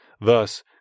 Thus